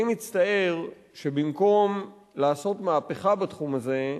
אני מצטער שבמקום לעשות מהפכה בתחום הזה,